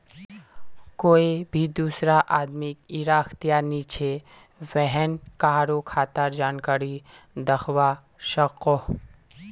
कोए भी दुसरा आदमीक इरा अख्तियार नी छे व्हेन कहारों खातार जानकारी दाखवा सकोह